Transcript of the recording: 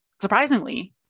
Surprisingly